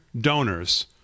donors